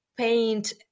Paint